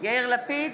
יאיר לפיד,